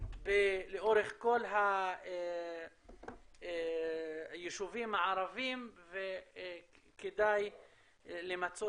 לאורך כל היישובים הערביים כדאי למצות